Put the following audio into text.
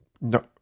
No